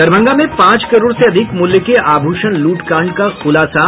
दरभंगा में पांच करोड़ से अधिक मूल्य के आभूषण लूटकांड का खुलासा